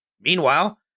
Meanwhile